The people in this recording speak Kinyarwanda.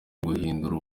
guhindura